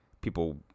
people